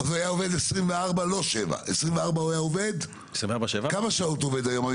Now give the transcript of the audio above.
אז זה היה עובד 24/6. היום הוא עובד שמונה שעות ביום.